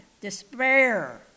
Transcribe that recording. despair